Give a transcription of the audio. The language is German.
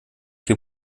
viel